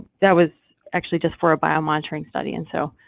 that was actually just for a biomonitoring study and so